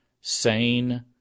sane